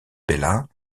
bella